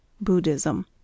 Buddhism